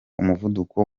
umuvuduko